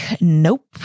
nope